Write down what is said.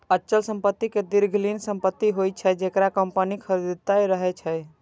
अचल संपत्ति दीर्घकालीन संपत्ति होइ छै, जेकरा कंपनी खरीदने रहै छै